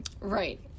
right